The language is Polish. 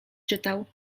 czytał